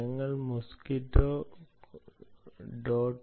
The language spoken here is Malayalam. ഞങ്ങൾ mosquitto